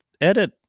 edit